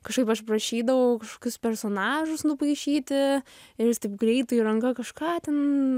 kažkaip aš prašydavau kažkokius personažus nupaišyti ir jis taip greitai ranka kažką ten